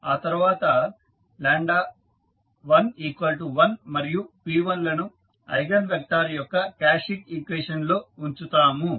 ఆ తర్వాత 11 మరియు p1లను ఐగన్ వెక్టార్ యొక్క క్యారెక్టరిస్టిక్ ఈక్వేషన్ లో ఉంచుతాము